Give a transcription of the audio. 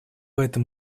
этом